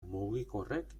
mugikorrek